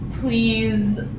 Please